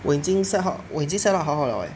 我已经 set up 我已经 set up 好好了 leh